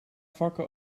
vakken